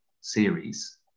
series